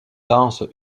denses